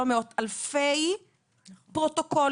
לא מאות אלפי פרוטוקולים,